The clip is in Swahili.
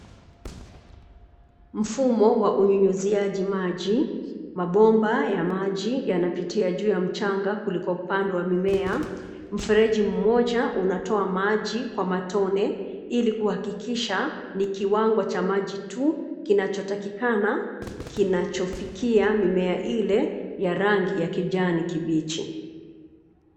Mfumo wa unyunyizaji maji, mabomba ya maji yanapitia juu ya mchanga kulikopandwa mimea, mfereji mmoja unatoa maji kwa matone, ilikuhakikisha, ni kiwango cha maji tu, kinachotakikana, kinachofikia mimea ile, ya rangi ya kijani kibichi.